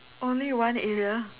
only one area